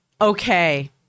okay